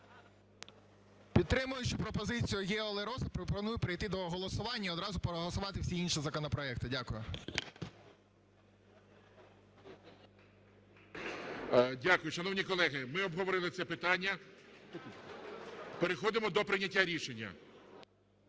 Підтримуючи пропозицію Гео Лероса, пропоную перейти до голосування і одразу проголосувати всі інші законопроекти. Дякую. ГОЛОВУЮЧИЙ. Дякую. Шановні колеги, ми обговорили це питання. Переходимо до прийняття рішення.